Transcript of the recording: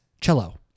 Cello